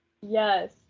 yes